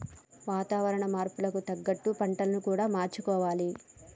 వాతావరణ మార్పులకు తగ్గట్టు పంటలను కూడా మార్చుకోవాలి